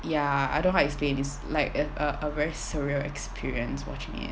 ya I don't know how to explain it's like a a very surreal experience watching it